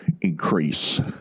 increase